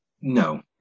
No